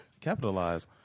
Capitalize